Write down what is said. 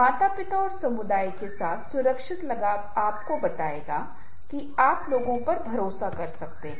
माता पिता और समुदाय के साथ सुरक्षित लगाव आपको बताएगा कि आप लोगों पर भरोसा कर सकते हैं